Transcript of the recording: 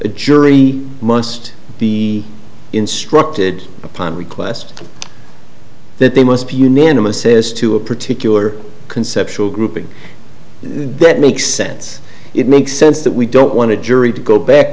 a jury must be instructed upon request that they must be unanimous is to a particular conceptual grouping then it makes sense it makes sense that we don't want to jury to go back